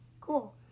Cool